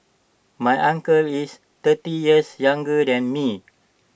my uncle is thirty years younger than me